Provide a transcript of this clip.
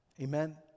Amen